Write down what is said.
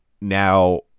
Now